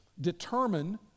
determine